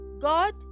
God